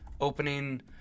opening